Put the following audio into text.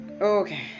okay